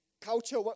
culture